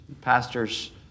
Pastors